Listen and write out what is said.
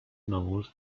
novels